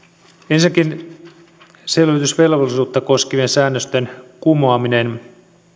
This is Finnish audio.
ensinnäkin selvitysvelvollisuutta koskevien säännösten kumoaminen